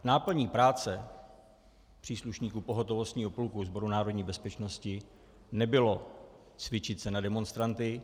Náplní práce příslušníku pohotovostního pluku Sboru národní bezpečnosti nebylo cvičit se na demonstranty.